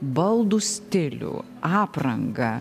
baldų stilių aprangą